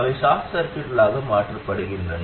அவை ஷார்ட் சர்கியூட்களாக மாற்றப்படுகின்றன